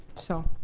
so